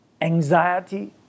anxiety